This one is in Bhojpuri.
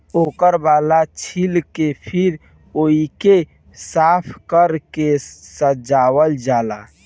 ओकर बाल छील के फिर ओइके साफ कर के सजावल जाला